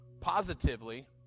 Positively